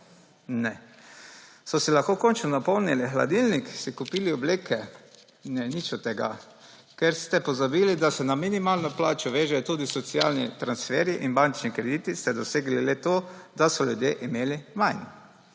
Ne. So si lahko končno napolnili hladilnik? Si kupili obleke? Ne, nič od tega! Ker ste pozabili, da se na minimalno plačo vežejo tudi socialni transferji in bančni krediti, ste dosegli le to, da so ljudje imeli manj.